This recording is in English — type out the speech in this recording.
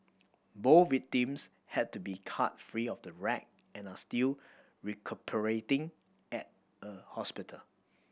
both victims had to be cut free of the wreck and are still recuperating at a hospital